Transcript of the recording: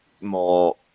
more